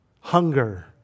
hunger